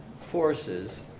forces